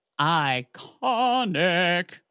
iconic